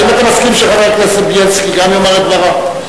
האם אתה מסכים שגם חבר הכנסת בילסקי יאמר את דבריו?